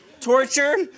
torture